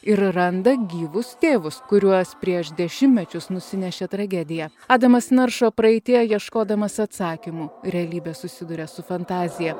ir randa gyvus tėvus kuriuos prieš dešimtmečius nusinešė tragedija adamas naršo praeityje ieškodamas atsakymų realybė susiduria su fantazija